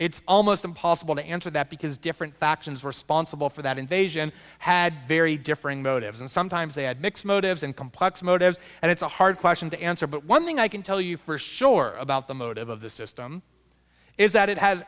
it's almost impossible to answer that because different factions responsible for that invasion had very differing motives and sometimes they had mixed motives and complex motives and it's a hard question to answer but one thing i can tell you for sure about the motive of the system is that it has